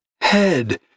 head